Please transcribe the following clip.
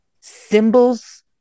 symbols